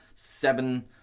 Seven